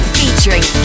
featuring